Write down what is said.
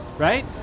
Right